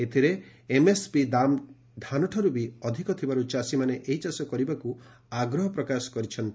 ଏଥରେ ଏମ୍ଏସ୍ପି ଦାମ୍ ଧାନଠାର୍ ବି ଅଧିକ ଥିବାର୍ ଚାଷୀମାନେ ଏହି ଚାଷ କରିବାକୁ ଆଗ୍ରହ ପ୍ରକାଶ କରିଛନ୍ତି